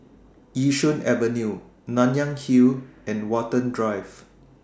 Yishun Avenue Nanyang Hill and Watten Drive